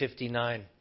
59